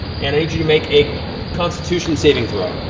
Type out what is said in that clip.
and i need you to make a constitution saving throw.